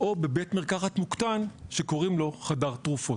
או בבית מרקחת מוקטן שקוראים לו "חדר תרופות".